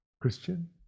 Christian